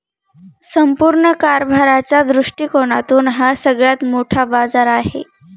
संपूर्ण कारभाराच्या दृष्टिकोनातून हा सगळ्यात मोठा बाजार आहे